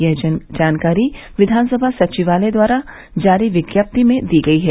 यह जानकारी विधानसभा सचिवालय द्वारा जारी विज्ञप्ति में दी गयी है